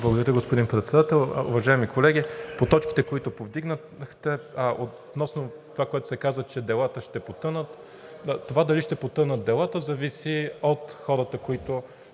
Благодаря, господин Председател. Уважаеми колеги, по точките, които повдигнахте относно това, което се каза, че делата ще потънат. Това дали ще потънат делата, зависи от хората, които